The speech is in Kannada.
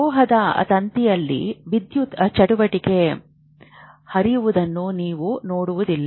ಲೋಹದ ತಂತಿಯಲ್ಲಿ ವಿದ್ಯುತ್ ಚಟುವಟಿಕೆ ಹರಿಯುವುದನ್ನು ನೀವು ನೋಡಲಾಗುವುದಿಲ್ಲ